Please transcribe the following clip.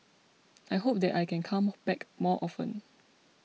I hope that I can come back more often